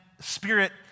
spirit